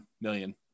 million